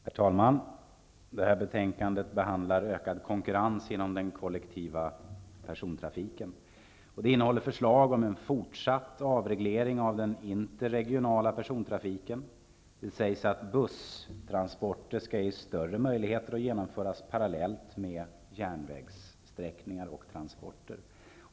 Herr talman! I detta betänkande behandlas ökad konkurrens inom den kollektiva persontrafiken. Det innehåller förslag om en fortsatt avreglering av den interregionala persontrafiken. Det sägs att busstransporter skall ges större möjligheter att genomföras parallellt med järnvägssträckningar och transporter.